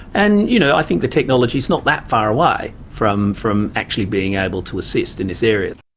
and, you know, i think the technology is not that far away from from actually being able to assist in this area.